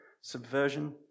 subversion